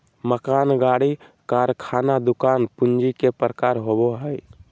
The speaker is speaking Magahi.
मकान, गाड़ी, कारखाना, दुकान पूंजी के प्रकार होबो हइ